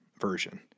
version